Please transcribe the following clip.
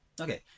Okay